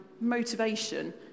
motivation